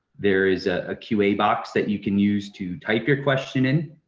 there is a q a box that you can use to type your question in.